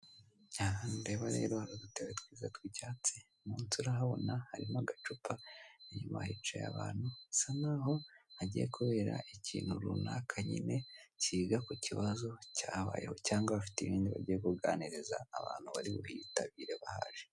Ahantu ndeba rero hari udutebe twiza tw'icyatsi munsi urahabona harimo agacupa inyuma hicayeho abantu hasa naho hagiye kubera ikintu runaka nyine cyiga ku kibazo cyabayeho cyangwa bafite ibindi bagiye kuganiriza abantu bari buhitabire bahaje.